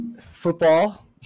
Football